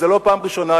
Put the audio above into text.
זה לא פעם ראשונה,